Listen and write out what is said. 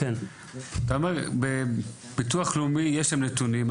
אתה אומר שבביטוח הלאומי יש את הנתונים,